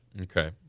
Okay